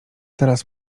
teraz